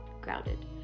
Grounded